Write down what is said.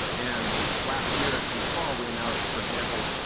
and last year in the fall we announced, for example,